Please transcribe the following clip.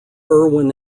irwin